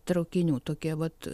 traukinių tokie vat